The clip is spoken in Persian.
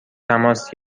تماس